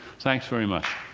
thanks very much